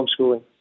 homeschooling